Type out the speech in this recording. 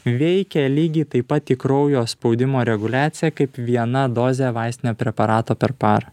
veikia lygiai taip pat į kraujo spaudimo reguliaciją kaip viena dozė vaistinio preparato per parą